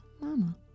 mama